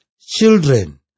Children